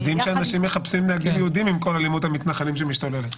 מדהים שאנשים מחפשים נהגים יהודים עם כל אלימות המתנחלים שמשתוללת...